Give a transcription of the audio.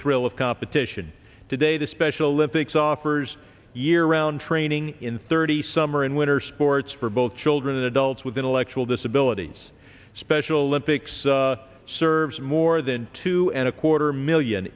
thrill of competition today the special olympics offers year round training in thirty summer and winter sports for both children and adults with intellectual disabilities special olympics serves more than two and a quarter million